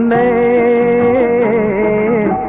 a